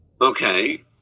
Okay